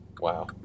Wow